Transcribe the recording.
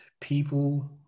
people –